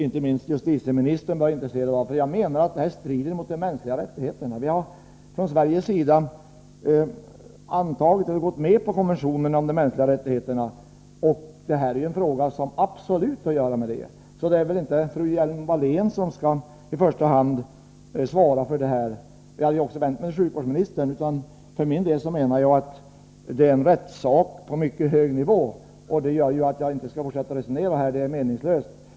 Inte minst justitieministern borde vara intresserad. Jag menar att det här strider mot de mänskliga rättigheterna. Från Sveriges sida har vi anslutit oss till konventionen om de mänskliga rättigheterna. Den här frågan är absolut aktuell i det sammanhanget. Således är det väl inte fru Hjelm-Wallén som i första hand skall svara — jag vände mig faktiskt till sjukvårdsministern. För min del anser jagatt det är en rättssak på mycket hög nivå. Jag skall således inte fortsätta att resonera här — det är meningslöst.